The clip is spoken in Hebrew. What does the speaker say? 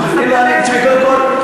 בהדלפות.